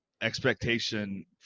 expectation